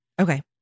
Okay